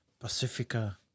Pacifica